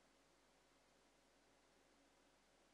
אנחנו אנחנו נוסיף גם את הצבעתם של חברי הכנסת עמית הלוי ואריאל קלנר.